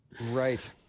Right